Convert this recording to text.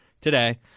today